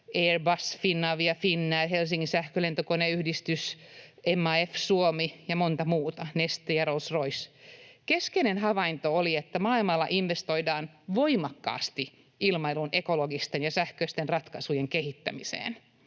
Airbus, Finavia, Finnair, Helsingin sähkölentokoneyhdistys, MAF Suomi, Neste, Rolls-Royce ja monta muuta. Keskeinen havainto oli, että maailmalla investoidaan voimakkaasti ilmailun ekologisten ja sähköisten ratkaisujen kehittämiseen.